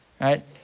right